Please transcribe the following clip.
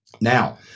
Now